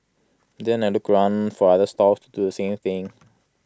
and then I'll look around for other stalls to do the same thing